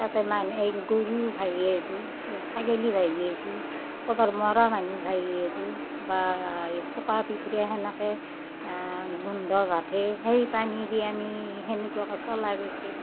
তাতে মানহু এই গৰু ভাঁহি আইভো ছাগেলী ভাঁহি আইভো ক'বাৰ মৰা মানহু ভাঁহি আইভো বা এই পোকা পিপিৰা সেনেকে গোন্ধ ভাফে সেই পানীদি আমি তেনেকুৱাকে চলা গৈছিল